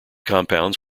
compounds